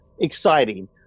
exciting